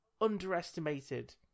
underestimated